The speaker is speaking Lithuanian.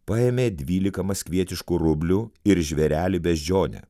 paėmė dvylika maskvietiškų rublių ir žvėrelį beždžionę